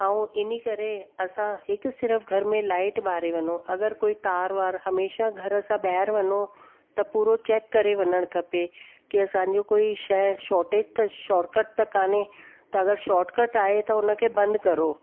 ऐं इन करे असां हिकु सिर्फ़ घर में लाईट बारे वञूं अगरि कोई तार वार हमेशह घर सां ॿाहिरि वञो त पूरो चैक करे वञणु खपे की असांजो कोई शइ शॉटेज त शॉर्टकट त काने त अगरि शॉटकट आहे त उन खे बंदि करो